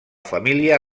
família